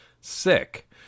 sick